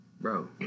Bro